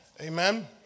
Amen